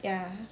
ya